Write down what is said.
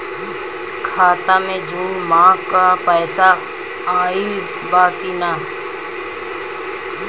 खाता मे जून माह क पैसा आईल बा की ना?